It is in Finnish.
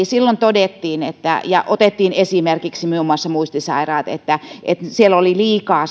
silloin todettiin ja otettiin esimerkiksi muun muassa muistisairaat että että siellä oli liikaa